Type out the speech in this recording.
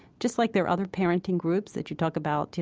just like there are other parenting groups that you talk about, you